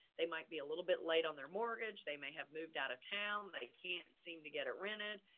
they might be a little bit late on their mortgage. they may have moved out of town. they can't seem to get it rented.